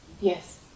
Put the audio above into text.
Yes